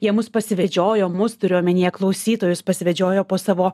jie mus pasivedžiojo mus turiu omenyje klausytojus pasivedžiojo po savo